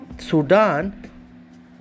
sudan